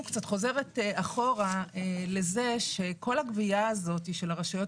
חוזרת אחורה לזה שכל הגבייה הזאת של הרשויות